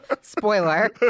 Spoiler